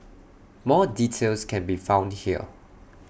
more details can be found here